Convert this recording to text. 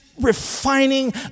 refining